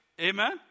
Amen